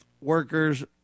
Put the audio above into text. workers